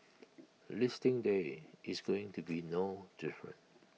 listing day is going to be no different